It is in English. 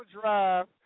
drive